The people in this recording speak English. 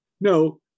no